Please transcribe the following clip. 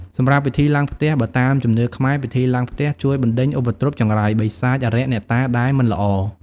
សម្រាប់ពិធីឡើងផ្ទះ បើតាមជំនឿខ្មែរ ពិធីឡើងផ្ទះជួយបណ្ដេញឧបទ្រពចង្រៃ បិសាច អារក្ស អ្នកតាដែលមិនល្អ ។